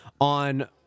on